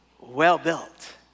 well-built